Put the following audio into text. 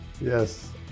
Yes